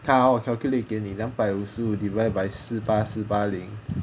how calculate 给你两百五十五 divided by 四八四八零